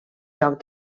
joc